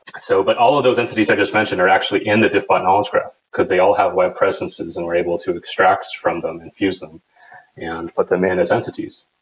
so but all of those entities i just mentioned are actually in the diffbot knowledge graph, because they all have web presences and we're able to extract from them and fuse them and put them in as entities.